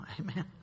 Amen